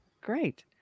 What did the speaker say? great